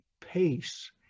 pace